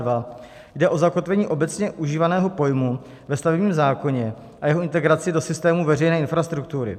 Jde o zakotvení obecně užívaného pojmu ve stavebním zákoně a jeho integraci do systému veřejné infrastruktury.